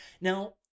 now